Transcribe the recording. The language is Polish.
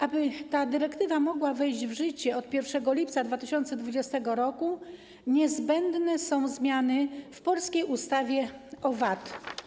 Aby ta dyrektywa mogła wejść w życie od 1 lipca 2022 r., niezbędne są zmiany w polskiej ustawie o VAT.